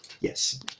Yes